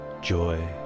joy